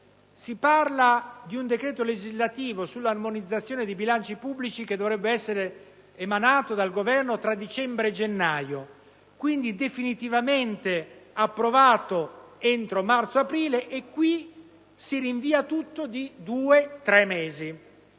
si parla di un decreto legislativo sull'armonizzazione dei bilanci pubblici che dovrebbe essere emanato dal Governo tra dicembre e gennaio e, quindi, definitivamente approvato entro marzo o aprile, e ora, invece, si rinvia tutto di due, tre mesi.